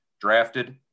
drafted